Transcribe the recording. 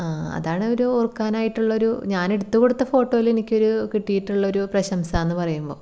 അതാണ് ഒരു ഓർക്കാനായിട്ടുള്ള ഒരു ഞാൻ എടുത്തു കൊടുത്ത ഫോട്ടോയിൽ എനിക്കൊരു കിട്ടിയിട്ടുള്ള ഒരു പ്രശംസ എന്ന് പറയുമ്പോൾ